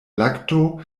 lakto